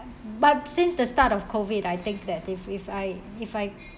but since the start of COVID I think that if if I if I